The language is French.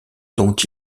dont